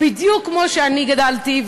בדיוק כמו שאני גדלתי,